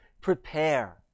prepare